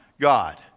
God